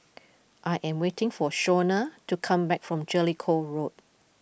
I am waiting for Shawna to come back from Jellicoe Road